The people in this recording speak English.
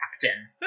Captain